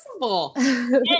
possible